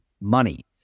money